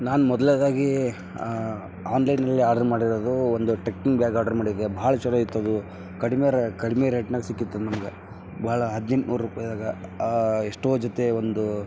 ನಾನು ಮೊದ್ಲ್ನೇದಾಗಿ ಆನ್ಲೈನಲ್ಲಿ ಆರ್ಡ್ರ್ ಮಾಡಿರೋದು ಒಂದು ಟ್ರೆಕ್ಕಿಂಗ್ ಬ್ಯಾಗ್ ಆರ್ಡ್ರ್ ಮಾಡಿದ್ದೆ ಭಾಳ ಚೋಲೋ ಇತ್ತು ಅದು ಕಡಿಮೆ ರ ಕಡಿಮೆ ರೇಟ್ನಾಗೆ ಸಿಕ್ಕಿತ್ತು ಅದು ನಮ್ಗೆ ಭಾಳ ಹದಿನೆಂಟುನೂರು ರೂಪಾಯಾಗೆ ಎಷ್ಟೋ ಜೊತೆ ಒಂದು